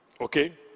Okay